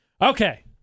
Okay